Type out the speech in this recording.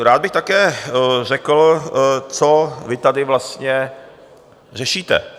Rád bych také řekl, co vy tady vlastně řešíte.